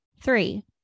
Three